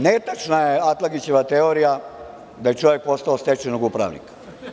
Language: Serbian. Netačna je Atlagićeva teorija da je čovek postao od stečajnog upravnika.